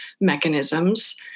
mechanisms